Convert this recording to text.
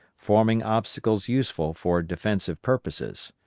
forming obstacles useful for defensive purposes.